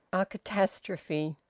a catastrophe!